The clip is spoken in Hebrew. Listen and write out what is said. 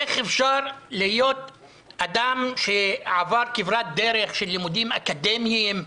איך אפשר להיות אדם שעבר כברת דרך של לימודיים אקדמיים,